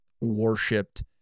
worshipped